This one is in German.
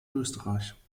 österreich